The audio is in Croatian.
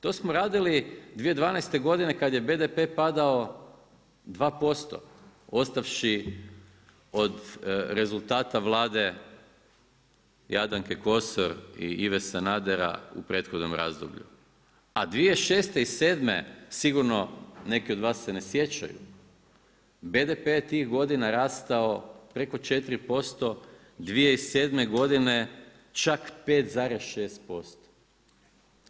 To smo radili 2012. godine kada je BDP padao 2% ostavši od rezultata vlade Jadranke Kosor i Ive Sanadera u prethodnom razdoblju, a 2006. i sedme sigurno neki od vas se ne sjećaju, BDP je tih godina rastao preko 4%, 2007. čak 5,6%